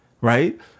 right